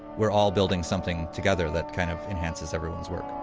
we are all building something together that kind of enhances everyone's work